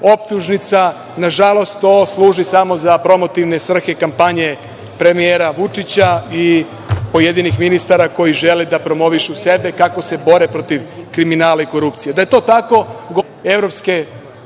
optužnica. Nažalost, to služi samo za promotivne svrhe, kampanje, premijera Vučića i pojedinih ministara koji žele da promovišu sebe kako se bore protiv kriminala i korupcije. Da je to tako govori na kraju